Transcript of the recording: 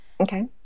okay